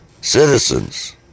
Citizens